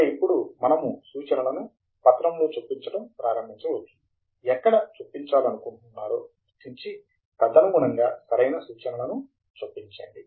ఇక ఇప్పుడు మనము సూచనలను పత్రములో చొప్పించడం ప్రారంభించవచ్చు ఎక్కడ చొప్పించాలనుకుంటున్నారో గుర్తించి తదనుగుణంగా సరైన సూచనలను చొప్పించండి